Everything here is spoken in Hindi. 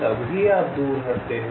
तब ही आप दूर हटते हो